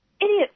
Idiot